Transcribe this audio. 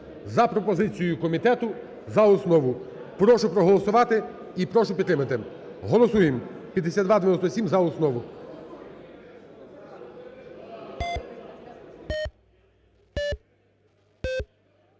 За пропозицією комітету – за основу. Прошу проголосувати, прошу підтримати. Голосуємо 5297 за основу.